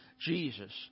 Jesus